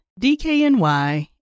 DKNY